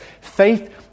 Faith